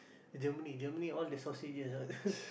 Germany Germany all the sausages right